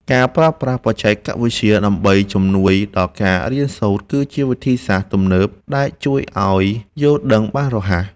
ការប្រើប្រាស់បច្ចេកវិទ្យាដើម្បីជំនួយដល់ការរៀនសូត្រគឺជាវិធីសាស្ត្រទំនើបដែលជួយឱ្យយល់ដឹងបានរហ័ស។